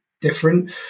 different